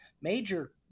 major